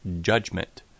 judgment